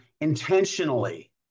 intentionally